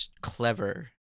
clever